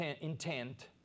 intent